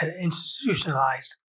institutionalized